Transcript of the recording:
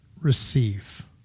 receive